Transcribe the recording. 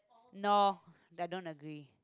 no I don't agree